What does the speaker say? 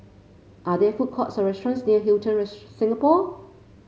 are there food courts or restaurants near Hilton Singapore